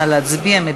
נא להצביע.